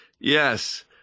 Yes